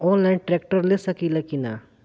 Online tractor ले सकीला कि न?